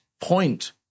point